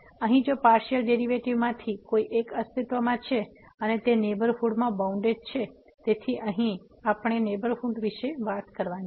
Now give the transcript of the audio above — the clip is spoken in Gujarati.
તેથી અહીં જો પાર્સીઅલ ડેરીવેટીવ માંથી કોઈ એક અસ્તિત્વમાં છે અને તે નેહબરહુડમાં બાઉન્ડેડ છે તેથી અહીં આપણે નેહબરહુડ વિશે વાત કરવાની છે